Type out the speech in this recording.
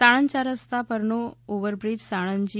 સાણંદ ચાર રસ્તા પરનો ઓવરબ્રિજ સાણંદ જી